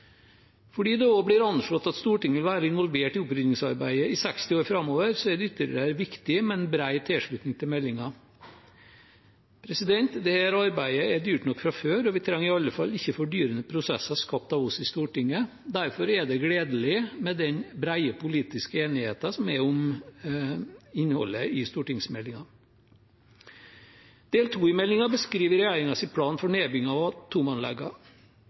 Fordi det også blir anslått at Stortinget vil være involvert i opprydningsarbeidet i 60 år framover, er det ytterligere viktig med en bred tilslutning til meldingen. Dette arbeidet er dyrt nok fra før, og vi trenger iallfall ikke fordyrende prosesser skapt av oss i Stortinget. Derfor er det gledelig med den brede politiske enigheten som er om innholdet i stortingsmeldingen. Del 2 i meldingen beskriver regjeringens plan for nedbygging av